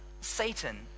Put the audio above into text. satan